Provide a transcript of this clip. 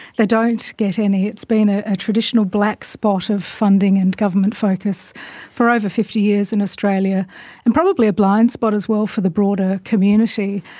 they don't get any. it's been ah a traditional blackspot of funding and government focus for over fifty years in australia and probably a blind spot as well for the broader community.